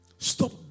stop